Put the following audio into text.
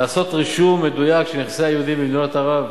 לעשות רישום מדויק של נכסי היהודים במדינות ערב.